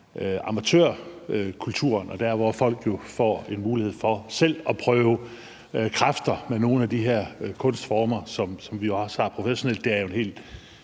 amatørkulturen, altså der, hvor folk jo får en mulighed for selv at prøve kræfter med nogle af de her kunstformer, som vi også har professionelt.